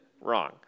Wrong